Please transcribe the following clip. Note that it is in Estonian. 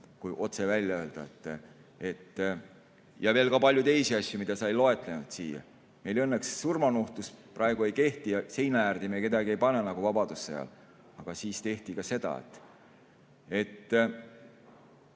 kui otse välja öelda, ja veel palju teisi asju, mida sa ei loetlenud. Meil õnneks surmanuhtlus praegu ei kehti, seina äärde me kedagi ei pane nagu vabadussõja ajal. Aga siis tehti ka seda.